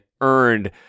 earned